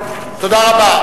תודה רבה.